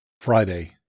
Friday